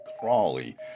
Crawley